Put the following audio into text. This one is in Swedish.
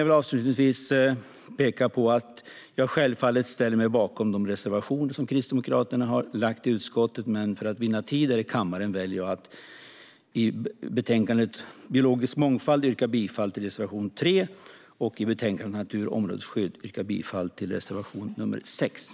Jag står självfallet bakom Kristdemokraternas reservationer, men för att vinna tid här i kammaren väljer jag att yrka bifall bara till reservation 3 i betänkandet Biologisk mångfald och till reservation 6 i betänkandet Natur vård och områdesskydd .